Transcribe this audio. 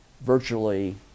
virtually